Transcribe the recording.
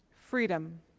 freedom